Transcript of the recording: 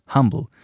Humble